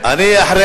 מה אני מפריע